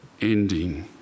ending